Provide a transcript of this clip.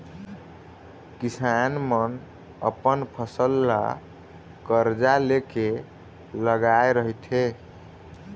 किसान मन अपन फसल ल करजा ले के लगाए रहिथे